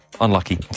unlucky